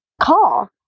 call